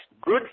good